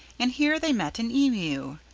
and here they met an emu.